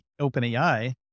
OpenAI